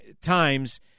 times